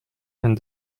and